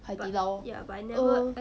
海底捞 err